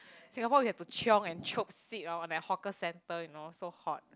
Singapore you have to chiong and chope seat hor at the hawker centre you know so hot